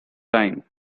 time